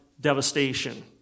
devastation